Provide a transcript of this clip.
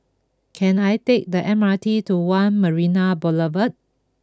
can I take the M R T to One Marina Boulevard